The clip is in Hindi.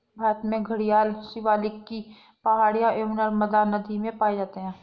भारत में घड़ियाल शिवालिक की पहाड़ियां एवं नर्मदा नदी में पाए जाते हैं